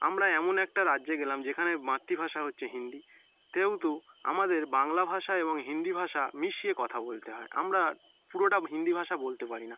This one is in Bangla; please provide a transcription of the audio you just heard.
আমরা এমন একটা রাজ্যে গেলাম যেখানে মাতৃভাষা হচ্ছে হিন্দি আমাদের বাংলা ভাষা এবং হিন্দি ভাষা মিশিয়ে কথা বলতে হয় আমরা পুরোটা হিন্দি ভাষা বলতে পারি না